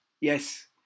Yes